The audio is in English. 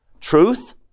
Truth